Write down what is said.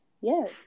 Yes